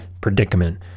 predicament